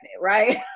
right